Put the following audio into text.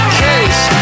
case